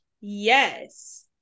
Yes